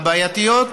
הבעייתיות.